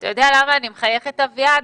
אני מחייכת, אביעד,